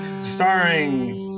Starring